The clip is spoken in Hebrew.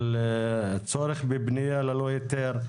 של צורך בבניה ללא היתר,